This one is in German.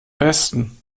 besten